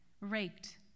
raked